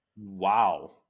Wow